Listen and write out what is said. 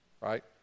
right